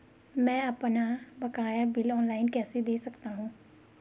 मैं अपना बकाया बिल ऑनलाइन कैसे दें सकता हूँ?